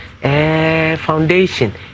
foundation